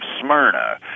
Smyrna